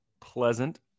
pleasant